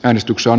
äänestyksen